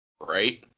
Right